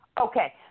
okay